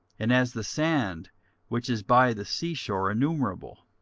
and as the sand which is by the sea shore innumerable.